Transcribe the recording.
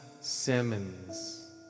Simmons